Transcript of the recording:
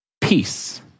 peace